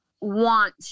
want